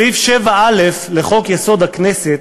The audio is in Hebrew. סעיף 7א לחוק-יסוד: הכנסת,